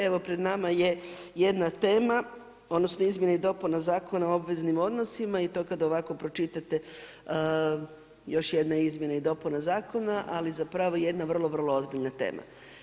Evo pred nama je jedna tema, odnosno izmjene i dopune Zakona o obveznim odnosima i to kada ovako pročitate još jedne izmjene i dopuna zakona ali zapravo jedna vrlo, vrlo ozbiljna tema.